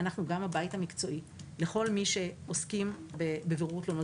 אנחנו גם הבית המקצועי לכל מי שעוסקים בבירור תלונות